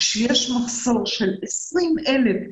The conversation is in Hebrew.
כשיש מחסור של 20 אלף,